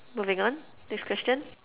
moving on next question